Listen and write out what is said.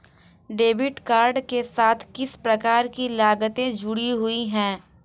Debit card के साथ किस प्रकार की लागतें जुड़ी हुई हैं?